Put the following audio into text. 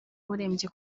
urembye